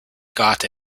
got